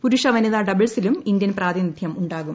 പുരുഷ വനിതാ ഡബിൾസിലും ഇന്ത്യൻ പ്രാതിനിധ്യം ഉണ്ടാകും